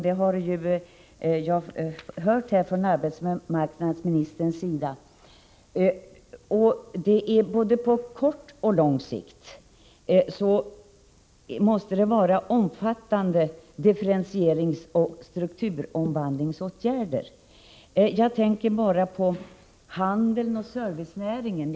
Det har ju också arbetsmarknadsministern sagt. Både på kort och lång sikt måste omfattande differentieringsoch strukturomvandlingsåtgärder vidtas. Jag tänker t.ex. på handeln och servicenäringen.